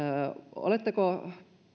oletteko